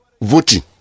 voting